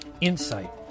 insight